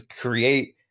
create